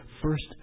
first